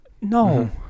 No